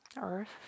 earth